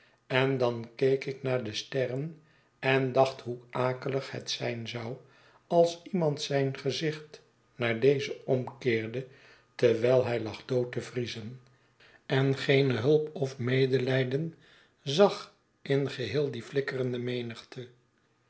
en dan keek ik naar de sterren en dacht hoe akelig het zijn zou als iemand zijn gezicht naar deze omkeerde terwijl hij lag dood te vriezen en geene hulp of medelijden zag in geheel die flikkerende